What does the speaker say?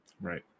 Right